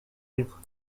libre